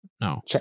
No